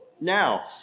Now